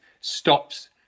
stops